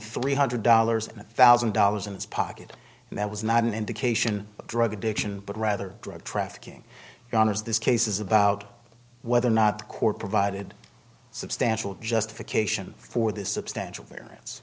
three hundred dollars and a thousand dollars in his pocket and that was not an indication of drug addiction but rather drug trafficking goners this case is about whether or not the court provided substantial justification for this substantial